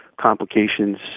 complications